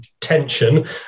tension